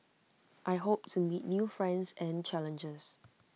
I hope to meet new friends and challenges